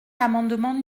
l’amendement